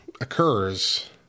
occurs